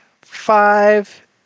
five